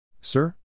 Sir